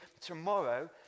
tomorrow